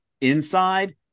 Inside